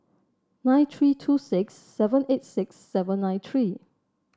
nine three two six seven eight six seven nine three